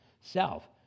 Self